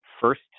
first